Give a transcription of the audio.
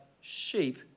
sheep